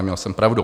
Neměl jsem pravdu.